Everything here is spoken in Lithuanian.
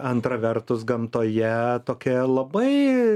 antra vertus gamtoje tokia labai